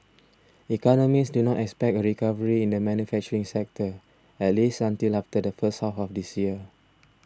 economists do not expect a recovery in the manufacturing sector at least until after the first half of this year